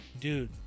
Dude